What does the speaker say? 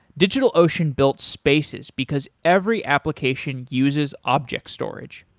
digitalocean built spaces, because every application uses objects storage.